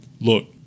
Look